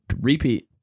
repeat